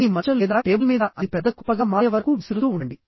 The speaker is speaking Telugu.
మీ మంచం లేదా టేబుల్ మీద అది పెద్ద కుప్పగా మారే వరకు విసురుతూ ఉండండి